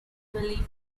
belief